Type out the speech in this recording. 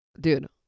Dude